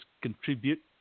contribute